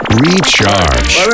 recharge